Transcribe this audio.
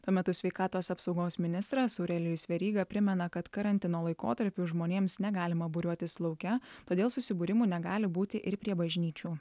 tuo metu sveikatos apsaugos ministras aurelijus veryga primena kad karantino laikotarpiu žmonėms negalima būriuotis lauke todėl susibūrimų negali būti ir prie bažnyčių